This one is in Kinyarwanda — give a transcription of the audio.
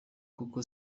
kuko